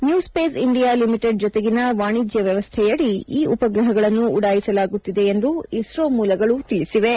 new Space India Limited ಜತೆಗಿನ ವಾಣಿಜ್ಯ ವ್ಯವಸ್ಥೆಯಡಿ ಈ ಉಪಗ್ರಹಗಳನ್ನು ಉಡಾಯಿಸಲಾಗುತ್ತಿದೆ ಎಂದು ಇಸ್ರೋ ಮೂಲಗಳು ತಿಳಿಸಿವೆ